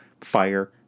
Fire